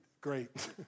great